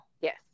Yes